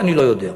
אני לא יודע.